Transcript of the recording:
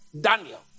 Daniel